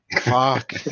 Fuck